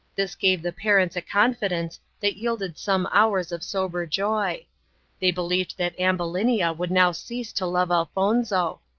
this gave the parents a confidence that yielded some hours of sober joy they believed that ambulinia would now cease to love elfonzo,